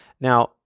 Now